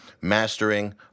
mastering